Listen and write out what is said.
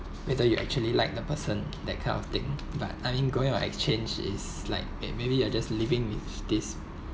whether you actually like the person that kind of thing but I mean going on exchange is like eh maybe I just living with this